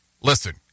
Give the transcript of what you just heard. Listen